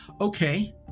okay